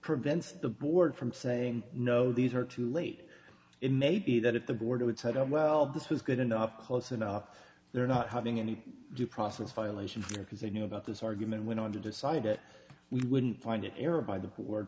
prevents the board from saying no these are too late it may be that if the board would said oh well this was good enough close enough they're not having any due process violation because they knew about this argument went on to decide that we wouldn't find it era by the word